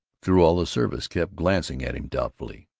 through all the service kept glancing at him doubtfully,